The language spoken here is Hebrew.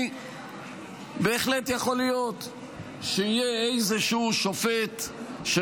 בהחלט יכול להיות שיהיה איזשהו שופט של